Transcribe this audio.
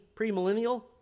premillennial